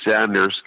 Sanders